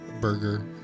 Burger